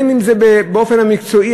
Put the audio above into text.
אם זה באופן המקצועי,